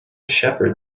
shepherd